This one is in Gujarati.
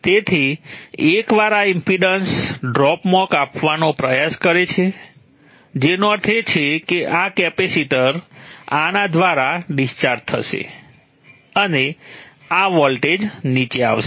તેથી એકવાર આ ઇમ્પિડન્સ ડ્રોપ્સમાં કાપવાનો પ્રયાસ કરે છે જેનો અર્થ છે કે આ કેપેસિટર આના દ્વારા ડિસ્ચાર્જ થશે અને આ વોલ્ટેજ નીચે આવશે